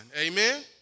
Amen